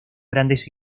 grandes